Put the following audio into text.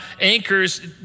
anchors